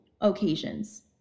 occasions